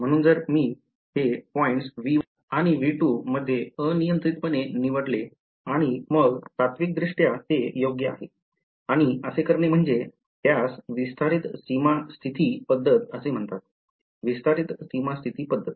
म्हणून जर मी हे मुद्दे V1 आणि V2 मध्ये अनियंत्रितपणे निवडले आणि मग मला तात्त्विकदृष्ट्या ते योग्य आहे आणि असे करणे म्हणजे विस्तारित सीमा स्थिती पद्धत असे म्हणतात विस्तारित सीमा स्थिती पद्धत